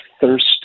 thirst